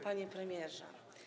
Panie Premierze!